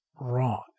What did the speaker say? wrong